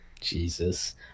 Jesus